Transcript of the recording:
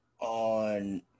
on